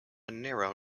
narrow